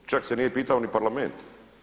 Čak se nije pitao ni Parlament.